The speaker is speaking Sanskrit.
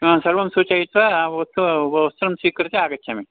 हा सर्वं सूचयित्वा वस्त् वस्त्रं स्वीकृत्य आगच्छामि